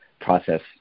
process